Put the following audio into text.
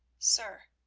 sir,